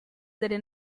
delle